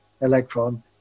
electron